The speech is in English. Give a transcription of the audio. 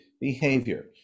behavior